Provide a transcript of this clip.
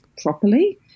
properly